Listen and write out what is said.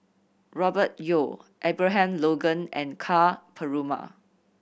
Robert Yeo Abraham Logan and Ka Perumal